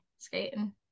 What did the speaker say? Skating